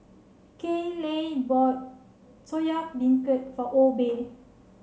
Kayley bought Soya Beancurd for Obe